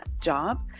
job